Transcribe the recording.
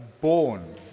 born